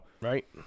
Right